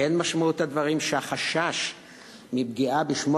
אין משמעות הדברים שהחשש מפגיעה בשמו